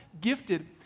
gifted